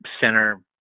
center